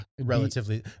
Relatively